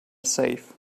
safe